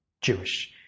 Jewish